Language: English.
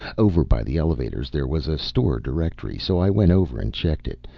over by the elevators there was a store directory, so i went over and checked it,